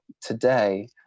today